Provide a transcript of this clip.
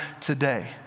today